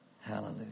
Hallelujah